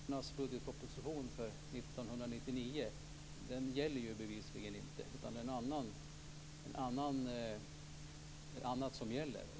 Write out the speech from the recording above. Fru talman! Det blir lite svårt att hänvisa till kristdemokraternas budgetproposition för 1999. Den gäller ju bevisligen inte. Det är annat som gäller.